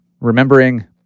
remembering